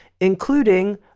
including